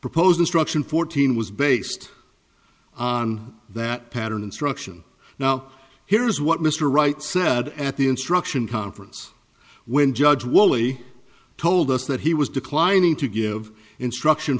proposed instruction fourteen was based on that pattern instruction now here's what mr wright said at the instruction conference when judge wally told us that he was declining to give instruction